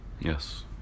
Yes